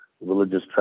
religious